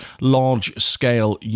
large-scale